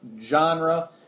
genre